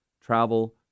travel